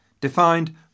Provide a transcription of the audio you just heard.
defined